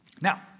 Now